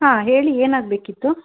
ಹಾಂ ಹೇಳಿ ಏನಾಗಬೇಕಿತ್ತು